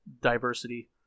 diversity